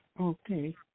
Okay